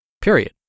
period